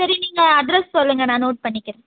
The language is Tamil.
சரி நீங்கள் அட்ரஸ் சொல்லுங்க நான் நோட் பண்ணிக்கிறேன்